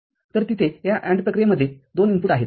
तरतिथे या AND प्रक्रियेमध्ये दोन इनपुटआहेत